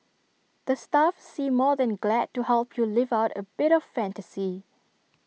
the staff seem more than glad to help you live out A bit of fantasy